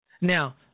Now